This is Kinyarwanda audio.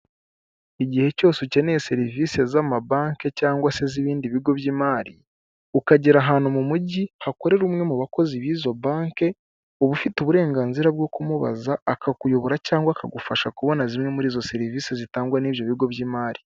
Igihe cyose ukeneye serivisi z'amabanki cyangwa se iz'ibindi bigo by'imari ukagera ahantu mu mujyi hakorera umwe mu bakozi b'izo banki uba ufite uburenganzira bwo kumubaza akakuyobora cyangwa akagufasha kubona zimwe muri izo serivisi zitangwa n'ibyo bigo by'imari.